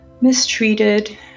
mistreated